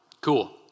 cool